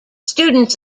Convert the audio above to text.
students